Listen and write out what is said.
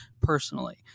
personally